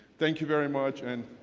thank you very much. and